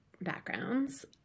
backgrounds